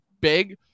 big